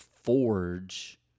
forge